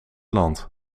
land